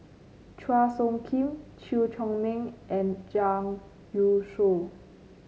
Chua Soo Khim Chew Chor Meng and Zhang Youshuo